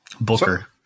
Booker